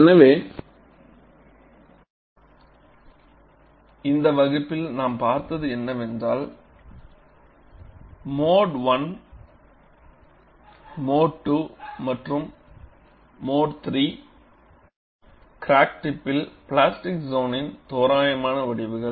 எனவே இந்த வகுப்பில் நாம் பார்த்தது என்னவென்றால் மோடு I மோடு II மற்றும் மோடு III கிராக் டிப்பில் பிளாஸ்டிக் சோனின் தோராயமான வடிவங்கள்